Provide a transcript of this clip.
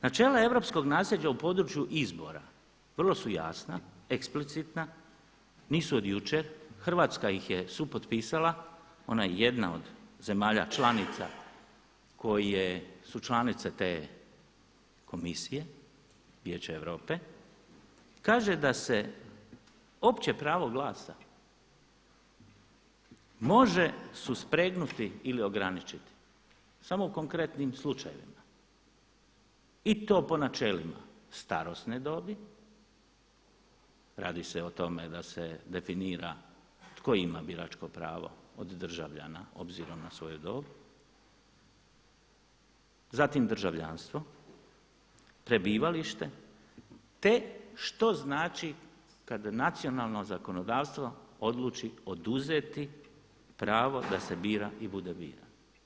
Načela europskog nasljeđa u području izbora vrlo su jasna, eksplicitna nisu od jučer, Hrvatska ih je supotpisala onda je jedna od zemalja članica koje su članice te komisije Vijeća Europe, kaže da se opće pravo glasa može suspregnuti ili ograničiti samo u konkretnim slučajevima i to po načelima starosne dobi, radi se o tome da se definira tko ima biračko pravo od državljana obzirom na svoju dob, zatim državljanstvo, prebivalište, te što znači kada nacionalno zakonodavstvo odluči oduzeti pravo da se bira i da bude biran.